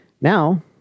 Now